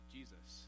Jesus